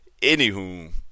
anywho